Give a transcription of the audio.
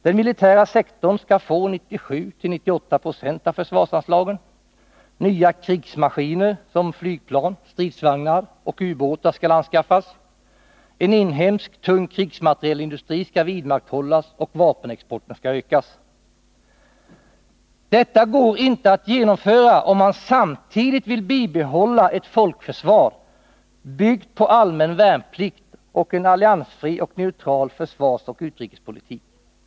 Den militära sektorn skall få 97-98 70 av försvarsanslagen, nya ”krigsmaskiner” som flygplan, stridsvagnar och ubåtar skall anskaffas, en inhemsk, tung krigsmaterielindustri skall vidmakthållas och vapenexporten ökas. Detta går inte att genomföra om man samtidigt vill bibehålla ett folkförsvar byggt på allmän värnplikt och en alliansfri och neutral försvarsoch utrikespolitik.